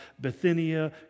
Bithynia